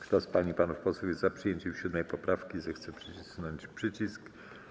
Kto z pań i panów posłów jest za przyjęciem 7. poprawki, zechce nacisnąć przycisk.